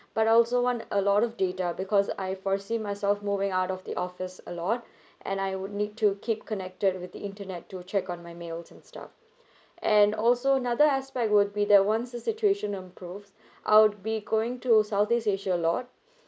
but I also want a lot of data because I foresee myself moving out of the office a lot and I would need to keep connected with the internet to check on my mails and stuff and also another aspect would be that once this situation improves I would be going to southeast asia a lot